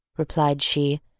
replied she,